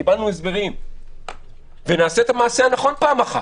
קיבלנו הסברים נעשה את המעשה הנכון פעם אחת